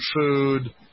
food